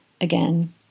again